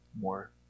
more